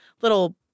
little